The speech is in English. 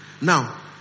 Now